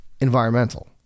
environmental